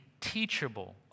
teachable